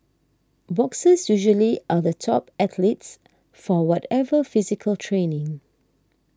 boxers usually are the top athletes for whatever physical training